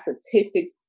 statistics